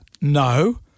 no